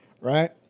right